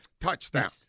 touchdown